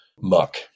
muck